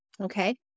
okay